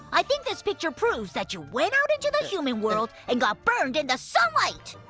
i think this picture proves that you went out into the human world and got burned in the sunlight!